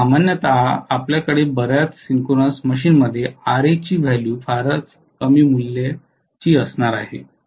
तर सामान्यत आपल्याकडे बर्याच सिंक्रोनस मशीनमध्ये Ra ची फारच कमी मूल्ये असणार आहेत